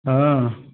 हाँ